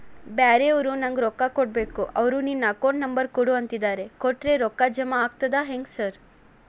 ಬ್ಯಾರೆವರು ನಂಗ್ ರೊಕ್ಕಾ ಕೊಡ್ಬೇಕು ಅವ್ರು ನಿನ್ ಅಕೌಂಟ್ ನಂಬರ್ ಕೊಡು ಅಂತಿದ್ದಾರ ಕೊಟ್ರೆ ರೊಕ್ಕ ಜಮಾ ಆಗ್ತದಾ ಹೆಂಗ್ ಸಾರ್?